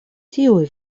tiuj